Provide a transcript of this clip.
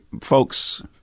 folks